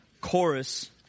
chorus